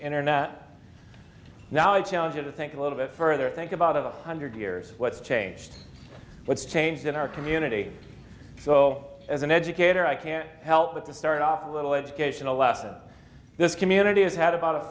internet now i challenge you to think a little bit further think about of a hundred years what's changed what's changed in our community so as an educator i can't help but to start off a little education a lesson this community has had about